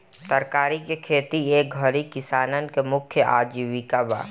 तरकारी के खेती ए घरी किसानन के मुख्य आजीविका बा